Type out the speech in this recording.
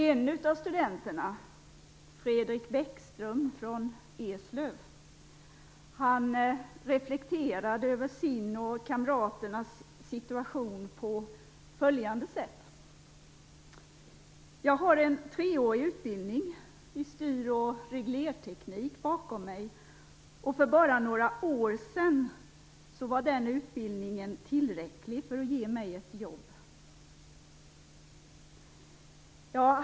En av studenterna, Fredrik Bäckström från Eslöv, reflekterade över sin och kamraternas situation på följande sätt: Jag har en treårig utbildning i styr och reglerteknik bakom mig, och för bara några år sedan var den utbildningen tillräcklig för att ge mig ett jobb.